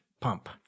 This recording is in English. pump